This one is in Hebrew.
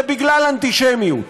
זה בגלל אנטישמיות.